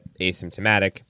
asymptomatic